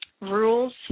rules